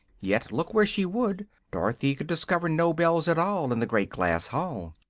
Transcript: yet, look where she would, dorothy could discover no bells at all in the great glass hall.